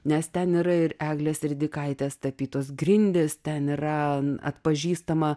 nes ten yra ir eglės ridikaitės tapytos grindys ten yra atpažįstama